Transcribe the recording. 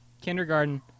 kindergarten